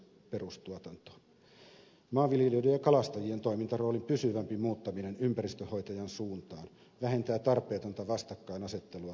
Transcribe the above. maanviljelijöiden ja kalastajien toimintaroolin pysyvämpi muuttaminen ympäristönhoitajan suuntaan vähentää tarpeetonta vastakkainasettelua luonnonsuojelun kanssa